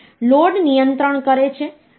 75 છે